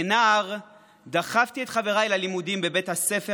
כנער דחפתי את חבריי ללימודים בבית הספר